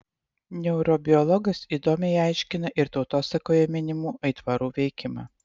neurobiologas įdomiai aiškina ir tautosakoje minimų aitvarų veikimą